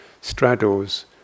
straddles